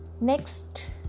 Next